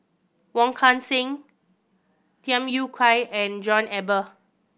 Wong Kan Seng Tham Yui Kai and John Eber